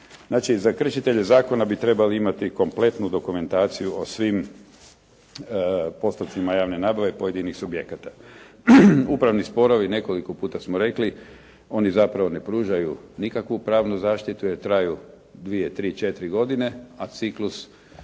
za kršitelje zakona bi trebali imati kompletnu dokumentaciju o svim postocima javne nabave pojedinih subjekata. Upravni sporovi nekoliko puta smo rekli, oni zapravo ne pružaju nikakvu pravnu zaštitu jer traju dvije, tri, četiri godine, a ciklus